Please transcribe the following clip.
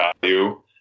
value